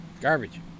Garbage